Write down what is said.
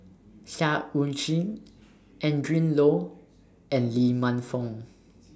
Seah EU Chin Adrin Loi and Lee Man Fong